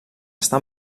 està